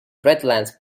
redlands